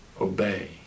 obey